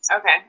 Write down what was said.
Okay